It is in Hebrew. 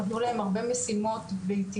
נתנו להם הרבה משימות ביתיות,